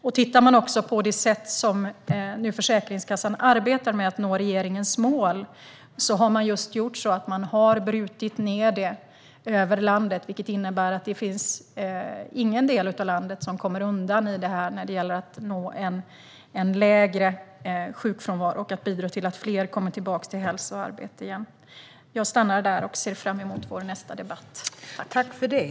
Om man tittar på det sätt på vilket Försäkringskassan nu arbetar med att nå regeringens mål ser man att de har brutit ned målet över landet, vilket innebär att ingen del kommer undan när det gäller att nå en lägre sjukfrånvaro och bidra till att fler kommer tillbaka till hälsa och arbete. Jag ser fram emot vår nästa debatt.